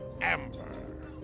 Amber